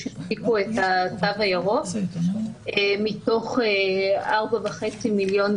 קבלו את התו הירוק מתוך 4.5 מיליון,